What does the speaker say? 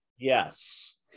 yes